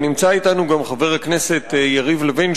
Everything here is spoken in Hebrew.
ונמצא אתנו גם חבר הכנסת יריב לוין,